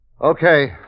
Okay